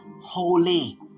holy